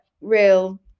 real